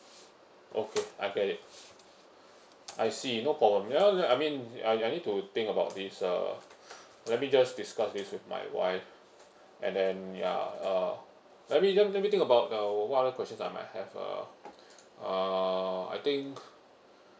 okay I get it I see no problem no no I mean I I need to think about this uh let me just discuss with my wife and then ya uh let me let let me think about uh what other questions I might have uh uh I think